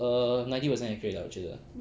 err ninety percent accurate lah 我觉得